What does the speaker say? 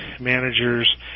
managers